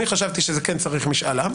אני חשבתי שכן צריך משאל עם,